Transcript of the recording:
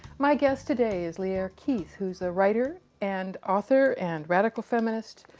my guest today is lierre keith, who's a writer and author and radical feminist.